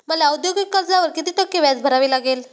मला औद्योगिक कर्जावर किती टक्के व्याज भरावे लागेल?